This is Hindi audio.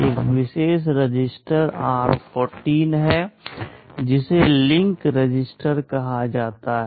एक विशेष रजिस्टर r14 है जिसे लिंक रजिस्टर कहा जाता है